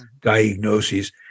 Diagnoses